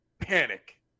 panic